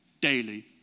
daily